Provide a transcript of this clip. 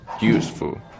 useful